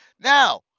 now